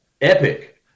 Epic